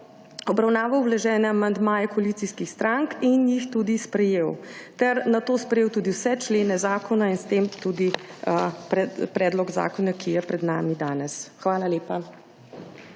obravnaval vložene amandmaje koalicijskih strank in jih tudi sprejel. Nato je sprejel tudi vse člene zakona in s tem tudi predlog zakona, ki je danes pred nami. Hvala lepa.